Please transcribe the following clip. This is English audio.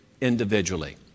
individually